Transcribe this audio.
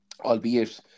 Albeit